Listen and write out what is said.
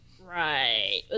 Right